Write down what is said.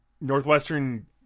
Northwestern